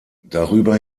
darüber